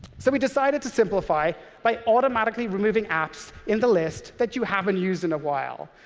so we decided to simplify by automatically removing apps in the list that you haven't used in a while.